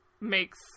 makes